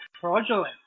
fraudulent